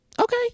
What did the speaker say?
okay